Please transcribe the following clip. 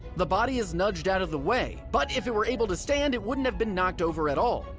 the body is nudged out of the way. but, if it were able to stand it wouldn't have been knocked over at all.